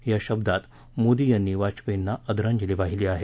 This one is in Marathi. या शब्दात मोदी यांनी वाजपेयींना आदरांजली वाहिली आहे